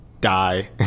die